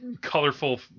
colorful